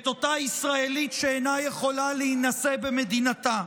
את אותה ישראלית שאינה יכולה להינשא במדינתה,